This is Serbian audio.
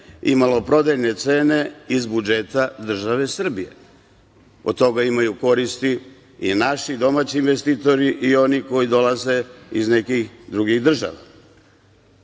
i maloprodajne cene iz budžeta države Srbije. Od toga imaju koristi i naši domaći investitori i oni koji dolaze iz nekih drugih država. Šta